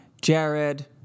Jared